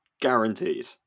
guaranteed